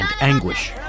anguish